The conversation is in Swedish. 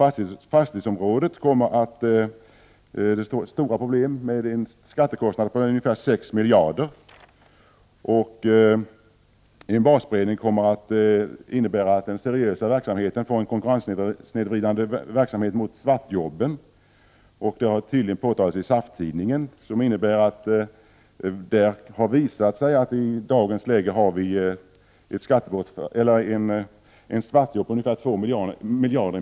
På fastighetsområdet kommer det att bli en ökad skattekostnad på ungefär 6 miljarder kronor. En basbreddning kommer att innebära att den seriösa verksamheten utsätts för en konkurrenssnedvridning i och med svartjobben. Detta har påtalats i SAF-tidningen. Enligt en artikel har det visat sig att svartjobben inom måleribranschen i dag uppgår till ett värde av 2 miljarder.